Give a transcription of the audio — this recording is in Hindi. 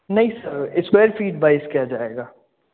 नहीं सर स्क्वायर फ़ीवाइस क्या जाएगा